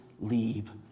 leave